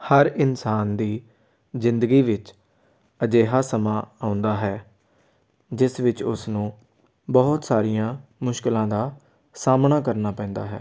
ਹਰ ਇਨਸਾਨ ਦੀ ਜ਼ਿੰਦਗੀ ਵਿੱਚ ਅਜਿਹਾ ਸਮਾਂ ਆਉਂਦਾ ਹੈ ਜਿਸ ਵਿੱਚ ਉਸਨੂੰ ਬਹੁਤ ਸਾਰੀਆਂ ਮੁਸ਼ਕਲਾਂ ਦਾ ਸਾਹਮਣਾ ਕਰਨਾ ਪੈਂਦਾ ਹੈ